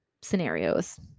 scenarios